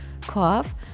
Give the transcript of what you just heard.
cough